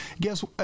guess